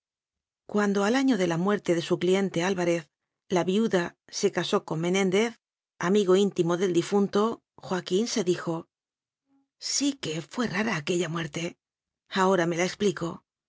cuando al año de la muerte de su cliente alvarez la viuda se casó con menéndez amigo íntimo del difunto joaquín se dijo sí que fué rara aquella muerte ahora me la expli